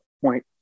point